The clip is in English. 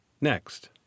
Next